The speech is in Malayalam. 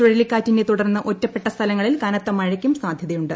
ചുഴലിക്കാറ്റിനെ തുടർന്ന് ഒറ്റപ്പെട്ട സ്ഥലങ്ങളിൽ കനത്ത മഴയ്ക്കും സാധ്യതയുണ്ട്